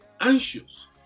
Anxious